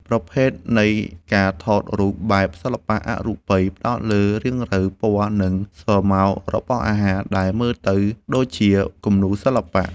ប្រភេទនៃការថតរូបបែបសិល្បៈអរូបិយ ផ្ដោតលើរាងរៅ ពណ៌ និងស្រមោលរបស់អាហារ ដែលមើលទៅដូចជាគំនូរសិល្បៈ។